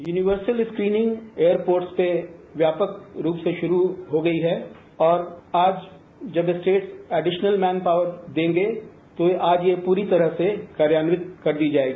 universal screening airports पे व्यापक रूप से शुरू हो गई है और आज जब स्टेट्स एडिसनल मेन पावर देंगे तो आज ये पूरी तरह से कार्यान्वित कर दी जायेगी